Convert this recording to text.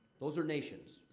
those are nations.